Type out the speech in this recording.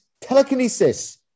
telekinesis